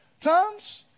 times